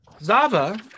Zava